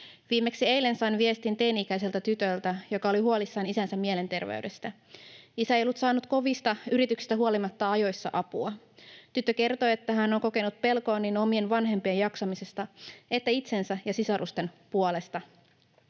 Viimeksi eilen sain viestin teini-ikäiseltä tytöltä, joka oli huolissaan isänsä mielenterveydestä. Isä ei ollut saanut kovista yrityksistä huolimatta ajoissa apua. Tyttö kertoi, että hän on kokenut pelkoa niin omien vanhempiensa jaksamisesta kuin itsensä ja sisarustensa puolesta.